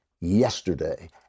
yesterday